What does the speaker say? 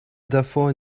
davor